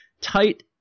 Tight